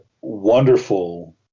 wonderful